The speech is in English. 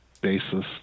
basis